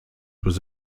was